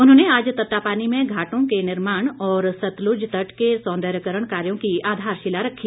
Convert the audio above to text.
उन्होंने आज तत्तापानी में घाटों के निर्माण और सतलुज तट के सौंदर्यकरण कार्यो की आधारशिला रखी